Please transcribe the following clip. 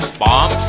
bomb